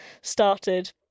started